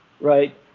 right